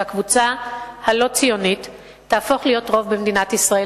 שהקבוצה הלא-ציונית תהפוך להיות רוב במדינת ישראל.